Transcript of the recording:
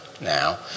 now